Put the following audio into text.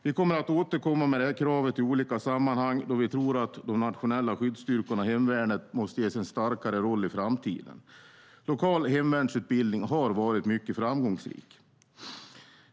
Vi kommer att återkomma med det kravet i olika sammanhang, då vi tror att hemvärnet med de nationella skyddsstyrkorna måste ges en starkare roll i framtiden. Lokal hemvärnsutbildning har varit mycket framgångsrik.